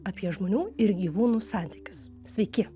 apie žmonių ir gyvūnų santykius sveiki